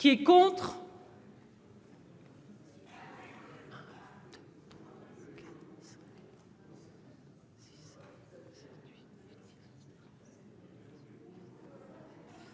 Qui est contre.